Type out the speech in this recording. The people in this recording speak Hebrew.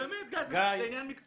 אבל באמת, גיא, זה עניין מקצועי.